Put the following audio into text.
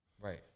Right